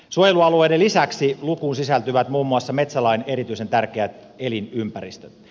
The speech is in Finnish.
suojelualueiden lisäksi lukuun sisältyvät muun muassa metsälain erityisen tärkeät elinympäristöt